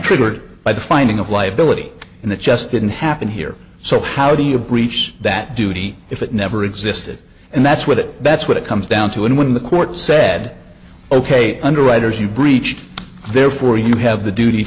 triggered by the finding of liability and it just didn't happen here so how do you breach that duty if it never existed and that's what it that's what it comes down to and when the court said ok underwriters you breached therefore you have the duty